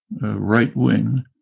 right-wing